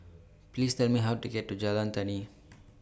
Please Tell Me How to get to Jalan Tani